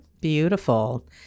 Beautiful